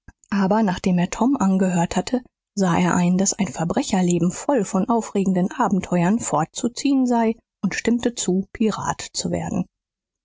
aber nachdem er tom angehört hatte sah er ein daß ein verbrecherleben voll von aufregenden abenteuern vorzuziehen sei und stimmte zu pirat zu werden